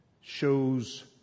shows